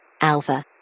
Alpha